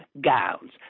gowns